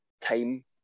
time